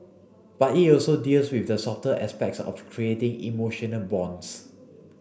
but it also deals with the softer aspects of creating emotional bonds